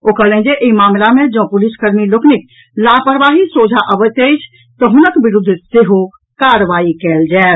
ओ कहलनि जे एहि मामिला मे जॅ पुलिस कर्मी लोकनिक लापरवाही सोझा अबैत अछि तऽ हुनक विरूद्ध सेहो कार्रवाई कयल जायत